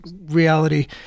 reality